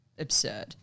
absurd